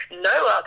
no